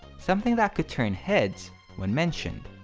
something that could turn heads when mentioned.